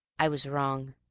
i was wrong,